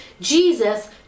Jesus